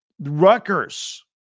Rutgers